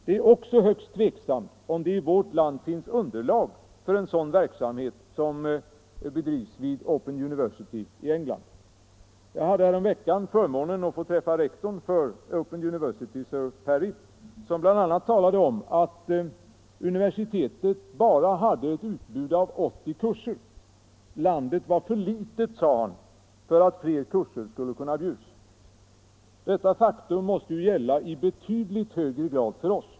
Det är också högst tveksamt om det i vårt land finns underlag för en sådan verksamhet som bedrivs vid Open University i England. Jag hade häromveckan förmånen att få träffa rektorn för Open University, sir Walter Perry, som bl.a. talade om att universitetet bara har ett utbud av 80 kurser. Landet var för litet, sade han, för att fler kurser skulle kunna erbjudas. Detta faktum måste ju gälla i betydligt högre grad för oss.